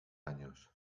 años